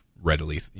readily